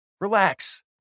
Relax